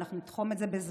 ואנחנו נתחום את זה בזמן,